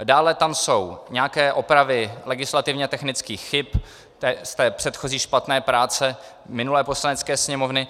Dále tam jsou nějaké opravy legislativně technických chyb z předchozí špatné práce minulé Poslanecké sněmovny.